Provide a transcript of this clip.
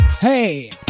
hey